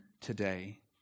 today